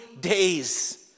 days